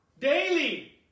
daily